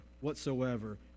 whatsoever